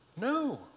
No